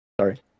sorry